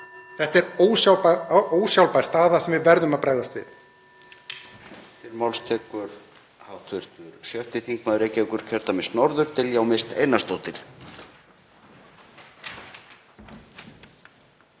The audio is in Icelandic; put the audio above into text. Þetta er ósjálfbær staða sem við verðum að bregðast við.“